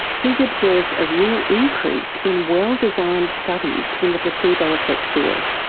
he's observed a real increase in well-designed studies in the placebo effect field.